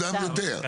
מוקדם יותר.